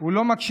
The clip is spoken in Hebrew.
הוא לא מקשיב.